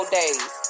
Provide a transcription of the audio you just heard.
days